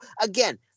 again